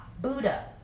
Buddha